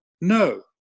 No